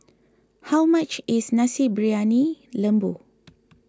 how much is Nasi Briyani Lembu